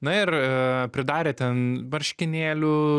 na ir pridarė ten marškinėlių